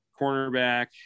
cornerback